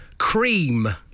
Cream